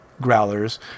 growlers